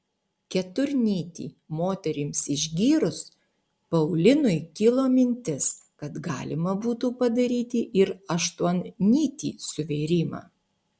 keturnytį moterims išgyrus paulinui kilo mintis kad galima būtų padaryti ir aštuonnytį suvėrimą